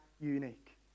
unique